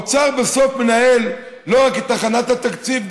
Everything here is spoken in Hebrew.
האוצר בסוף מנהל לא רק את הכנת התקציב,